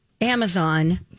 Amazon